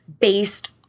based